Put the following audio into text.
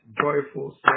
joyful